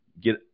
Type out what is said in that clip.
get